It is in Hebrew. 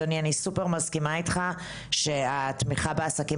אדוני: אני מסכימה לגבי התמיכה בעסקים